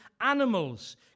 animals